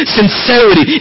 sincerity